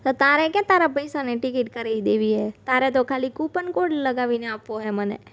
તો તારે ક્યાં તારા પૈસાની ટિકિટ કરાવી દેવી હે તારે તો ખાલી કુપન કોડ લગાવીને આપવો છે મને